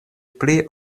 pli